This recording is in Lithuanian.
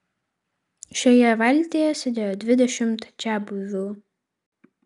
šioje valtyje sėdėjo dvidešimt čiabuvių